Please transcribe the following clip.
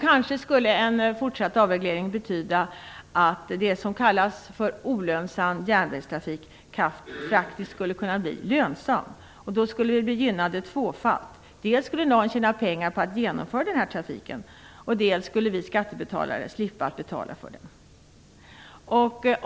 Kanske skulle en fortsatt avreglering betyda att det som kallas för olönsam järnvägstrafik faktiskt kan bli lönsam, och då skulle vi gynna den tvåfalt. Dels skulle någon tjäna pengar på att genomföra trafiken, dels skulle vi skattebetalare slippa betala för den.